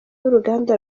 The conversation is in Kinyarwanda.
w’uruganda